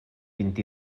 vint